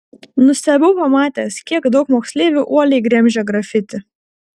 nustebau pamatęs kiek daug moksleivių uoliai gremžia grafiti